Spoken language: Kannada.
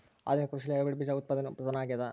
ಆಧುನಿಕ ಕೃಷಿಯಲ್ಲಿ ಹೈಬ್ರಿಡ್ ಬೇಜ ಉತ್ಪಾದನೆಯು ಪ್ರಧಾನ ಆಗ್ಯದ